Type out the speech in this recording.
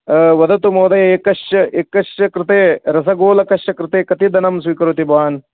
वदतु महोदय एकस्य एकस्य कृते रसगोलकस्य कृते कति धनं स्वीकरोति भवान्